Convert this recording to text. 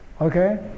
Okay